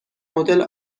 مدل